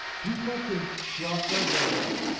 people can drop their wall,